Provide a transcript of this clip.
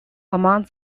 among